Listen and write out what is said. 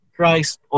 Christ